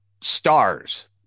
stars